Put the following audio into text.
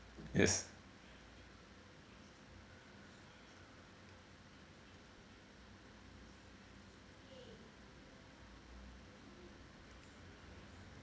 yes